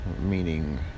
meaning